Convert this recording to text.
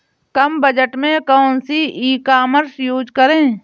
कम budget में कौन सी ई कॉमर्स यूज़ करें?